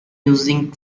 using